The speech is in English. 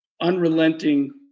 unrelenting